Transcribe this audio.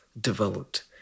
developed